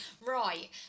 right